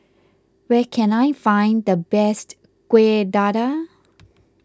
where can I find the best Kuih Dadar